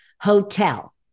Hotel